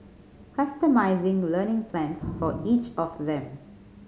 customising learning plans for each of them